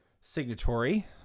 signatory